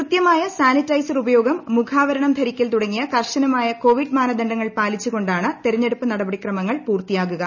കൃത്യമായ സാനിറ്റൈസർ ഉപയോഗം മുഖാവരണം ധരിക്കൽ തുടങ്ങിയ കർശനമായ കോവിഡ് മാനദണ്ഡങ്ങൾ പാലിച്ചു കൊണ്ടാണ് തിരഞ്ഞെടുപ്പ് നടപടിക്രമങ്ങൾ പൂർത്തിയാക്കുക